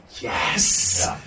yes